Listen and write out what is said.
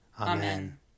Amen